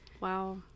Wow